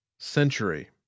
Century